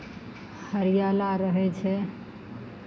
हरियाला रहै छै